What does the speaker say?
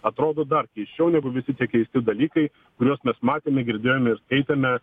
atrodo dar keisčiau negu visi tie keisti dalykai kuriuos mes matėme girdėjome ir skaitėme